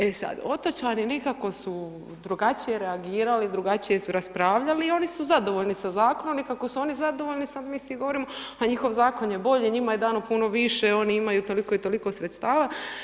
E sad, otočani nekako su drugačije reagirali, drugačije su raspravljali i oni su zadovoljni sa zakonom i kako su oni zadovoljni sad mi svi govorimo a njihov zakon je bolji, njima je dano puno više, oni imaju toliko i toliko sredstava.